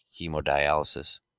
hemodialysis